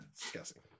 disgusting